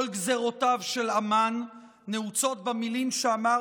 כל גזרותיו של המן נעוצות במילים שאמר